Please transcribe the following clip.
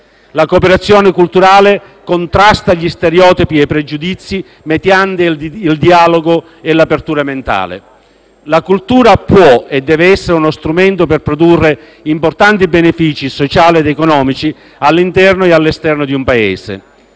La cooperazione culturale contrasta gli stereotipi e i pregiudizi mediante il dialogo e l'apertura mentale. La cultura può e deve essere uno strumento per produrre importanti benefici sociali ed economici all'interno e all'esterno di un Paese.